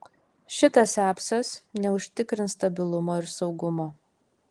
šitas apsas neužtikrins stabilumo ir saugumo